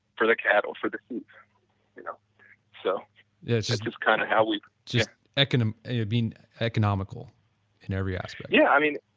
for the cattle, for the you know so yeah just kind of how we, just like and and being economical in every aspect yeah. i mean,